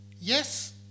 yes